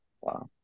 Wow